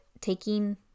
taking